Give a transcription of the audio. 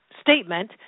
statement